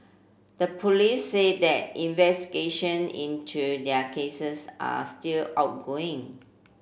the police said that investigation into their cases are still outgoing